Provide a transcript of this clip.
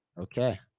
okay